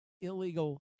illegal